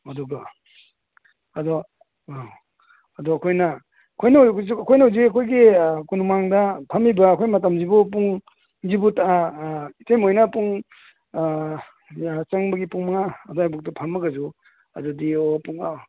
ꯑꯗꯨꯒ ꯑꯗꯣ ꯑꯥ ꯑꯗꯣ ꯑꯩꯈꯣꯏꯅ ꯑꯩꯈꯣꯏꯅ ꯍꯧꯖꯤꯛ ꯑꯩꯈꯣꯏꯅ ꯍꯧꯖꯤꯛ ꯑꯩꯈꯣꯏꯒꯤ ꯀꯣꯅꯨꯡꯃꯥꯡꯗ ꯐꯝꯃꯤꯕ ꯑꯩꯈꯣꯏ ꯃꯇꯝꯁꯤꯕꯨ ꯄꯨꯡꯁꯤꯕꯨ ꯏꯇꯩꯃ ꯍꯣꯏꯅ ꯄꯨꯡ ꯆꯪꯕꯒꯤ ꯄꯨꯡ ꯃꯉꯥ ꯑꯗꯥꯏꯕꯣꯛꯇ ꯐꯝꯃꯒꯁꯨ ꯑꯗꯨꯗꯤ ꯑꯣ ꯄꯨꯡ